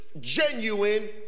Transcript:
genuine